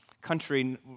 country